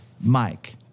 Mike